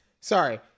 sorry